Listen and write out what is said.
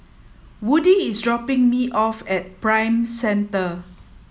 Woody is dropping me off at Prime Centre